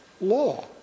law